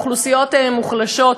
אוכלוסיות מוחלשות.